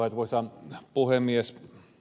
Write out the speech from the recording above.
arvoisa puhemies